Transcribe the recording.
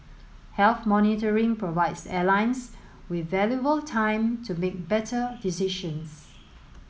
health monitoring provides airlines with valuable time to make better decisions